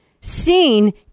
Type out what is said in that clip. seen